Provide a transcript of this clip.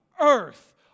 earth